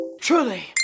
truly